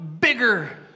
bigger